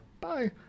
Bye